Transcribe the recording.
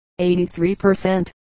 83%